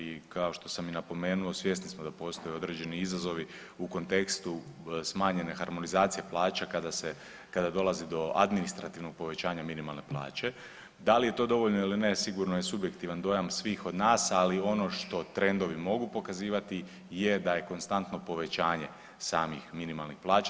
I kao što sam i napomenuo, svjesni smo da postoje određeni izazovi u kontekstu smanjene harmonizacije plaća kada dolazi do administrativnog povećanja minimalne plaće, da li je to dovoljno ili ne sigurno je subjektivan dojam svih od nas, ali ono što trendovi mogu pokazivati je da je konstantno povećanje samih minimalnih plaća.